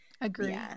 Agree